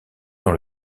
dans